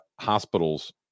hospitals